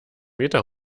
meter